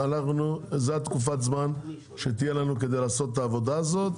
זו תקופת הזמן שתהיה לנו כדי לעשות את העבודה הזאת.